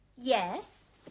Yes